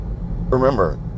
remember